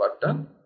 button